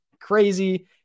crazy